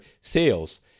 sales